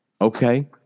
Okay